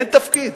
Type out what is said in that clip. אין תפקיד.